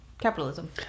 capitalism